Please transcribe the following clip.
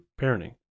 parenting